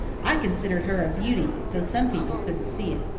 i considered her a beauty, though some people couldn't see it.